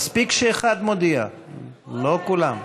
קבוצת סיעת יש עתיד; וחברי הכנסת יצחק הרצוג,